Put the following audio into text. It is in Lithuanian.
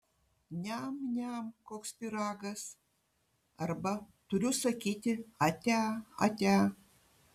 niam niam koks pyragas arba turiu sakyti ate ate